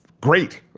great,